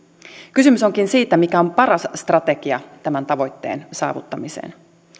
kysymys onkin siitä mikä on paras strategia tämän tavoitteen saavuttamiseen